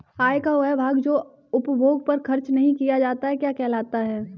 आय का वह भाग जो उपभोग पर खर्च नही किया जाता क्या कहलाता है?